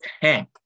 tank